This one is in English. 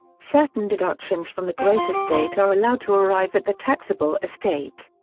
certain deductions from the gross estate are allowed to arrive at the taxable estate.